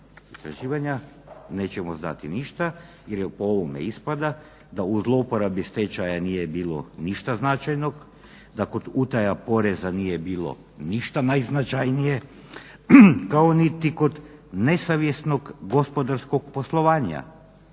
istraživanja nećemo znati ništa jer je po ovome ispada da u zlouporabi stečaja nije bilo ništa značajnog, da kod utaja poreza nije bilo ništa najznačajnije kao niti kod nesavjesnog gospodarskog poslovanja.